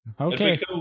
Okay